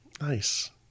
Nice